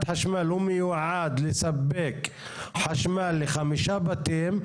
חשמל הוא מיועד לספק חשמל לחמישה בתים,